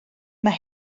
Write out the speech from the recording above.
mae